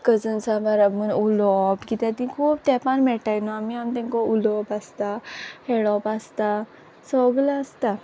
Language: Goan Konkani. कजन्सा बाराबोर उलोवोप कित्या तीं खूब तेंपान मेट्टाय न्हू आमी आम तेंको उलोवोप आसता हेडोप आसता सोगलें आसता